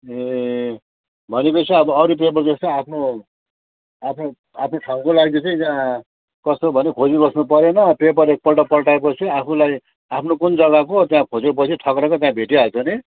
ए भनेपछि अब अरू पेपर जस्तो आफ्नो आफ्नो आफ्नो ठाउँको लागि चाहिँ यहाँ कस्तो भने खोजिबस्नु पर्ने पेपर एकपल्ट पल्टाएपछि आफूलाई आफ्नो कुन जग्गाको त्यहाँ खोजेपछि ठक्रक्क त्यहाँ भेटिहाल्छ नि